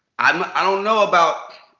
um i don't know about,